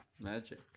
magic